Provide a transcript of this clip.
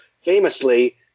famously